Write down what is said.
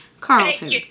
Carlton